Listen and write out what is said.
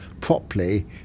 properly